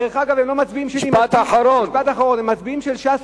דרך אגב, הם לא מצביעים שלי, הם מצביעים של ש"ס.